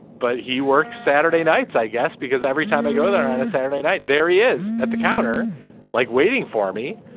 but he works saturday nights i guess because every time i go there on a saturday night there he is at the counter like waiting for me.